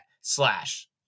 slash